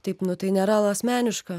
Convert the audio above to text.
taip nu tai nėra asmeniška